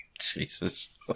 Jesus